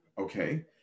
Okay